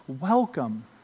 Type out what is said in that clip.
welcome